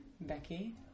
Becky